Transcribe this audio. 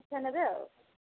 ଶିକ୍ଷା ନେବେ ଆଉ